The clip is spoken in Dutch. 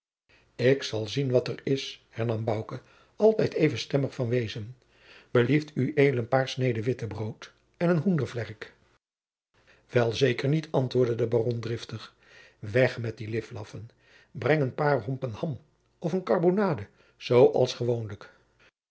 ik zal zien wat er is hernam bouke altijd even stemmig van wezen belieft ued een paar sneden wittebrood en een hoendervlerk wel zeker niet antwoordde de baron driftig weg met die liflaffen breng een paar hompen ham of een karbonade zoo als gewoonlijk